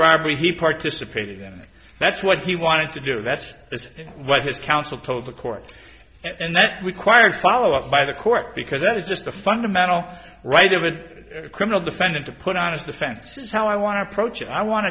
robbery he participated and that's what he wanted to do that's what his counsel told the court and that requires follow up by the court because that is just a fundamental right of a criminal defendant to put on a defense is how i want to approach it i want